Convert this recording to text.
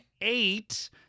eight